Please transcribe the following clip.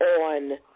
on